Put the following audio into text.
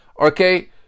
Okay